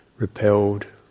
repelled